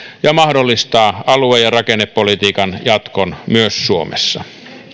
ja mahdollistaa alue ja rakennepolitiikan jatkon myös suomessa